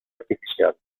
artificial